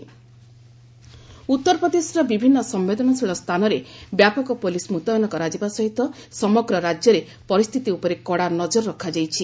UP CAA protest ଉତ୍ତର ପ୍ରଦେଶର ବିଭିନ୍ନ ସମ୍ପେଦନଶୀଳ ସ୍ଥାନରେ ବ୍ୟାପକ ପୁଲିସ୍ ମୁତୟନ କରାଯିବା ସହିତ ସମଗ୍ର ରାଜ୍ୟରେ ପରିସ୍ଥିତି ଉପରେ କଡ଼ା ନଜର ରଖାଯାଇଛି